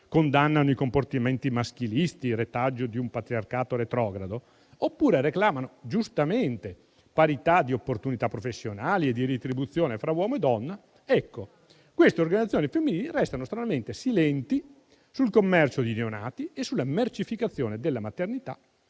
condannano i compartimenti maschilisti, retaggio di un patriarcato retrogrado, oppure reclamano giustamente parità di opportunità professionali e di retribuzione fra uomo e donna, restano estremamente silenti sul commercio di neonati e sulla mercificazione della maternità